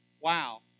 Wow